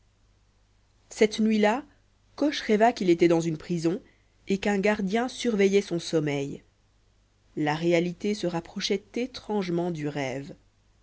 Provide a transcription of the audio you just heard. cette nuit-là coche rêva qu'il était dans une prison et qu'un gardien surveillait son sommeil la réalité se rapprochait étrangement du rêve